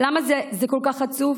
למה זה כל כך עצוב?